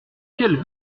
quelle